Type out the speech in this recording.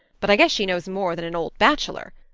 but i guess she knows more than an old bachelor.